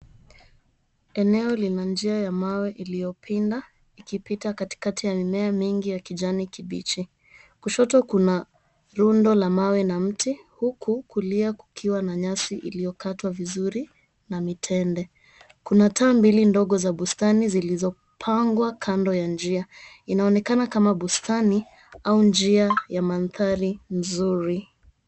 Eneo lina njia ya mawe iliyopinda ikipita. Katikati ya mimea mengi ya kijani kibichi kushoto kuna rundo la mawe na mti huku kulia kukiwa na nyasi iliyokatwa vizuri na mitende. Kuna taa mbili ndogo za bustani zilizopangwa kando ya njia inaonekana kama bustani au njia ya mandhari nzuri.